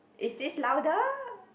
is this louder